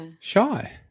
Shy